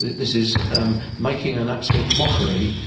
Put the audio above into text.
this is um making an absolute mockery,